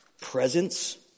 Presence